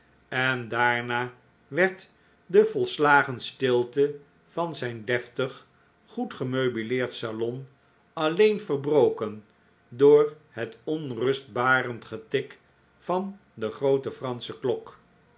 en daarna werd de volslagen stilte van zijn deftig goed gemeubileerd salon alleen verbroken door het onrustbarend getik van de groote fransche klok